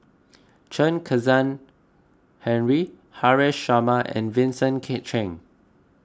Chen Kezhan Henri Haresh Sharma and Vincent K Cheng